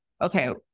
okay